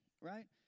Right